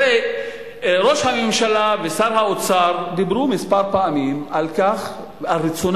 הרי ראש הממשלה ושר האוצר דיברו כמה פעמים על רצונם,